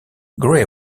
grey